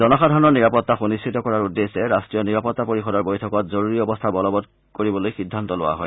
জনসাধৰণৰ নিৰাপত্তা সুনিশ্চিত কৰাৰ উদ্দেশ্যে ৰাষ্ট্ৰীয় নিৰাপত্তা পৰিষদৰ বৈঠকত জৰুৰী অৱস্থা বলৱৎ কৰিবলৈ সিদ্ধান্ত লোৱা হয়